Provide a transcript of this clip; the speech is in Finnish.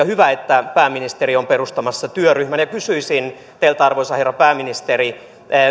hyvä että pääministeri on perustamassa työryhmän kysyisin teiltä arvoisa herra pääministeri